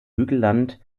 hügelland